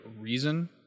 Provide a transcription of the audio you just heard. reason